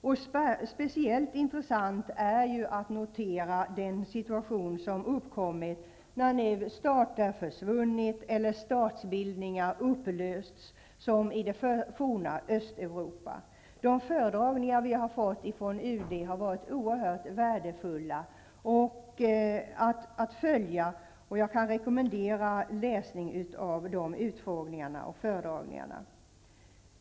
Det är speciellt intressant att notera den situation som har uppkommit när stater har försvunnit eller statsbildningar upplösts -- som i det forna Östeuropa. De föredragningar som utskottet har fått från UD har varit oerhört värdefulla att följa. Jag kan rekommendera läsning av utfrågningarna och föredragningarna.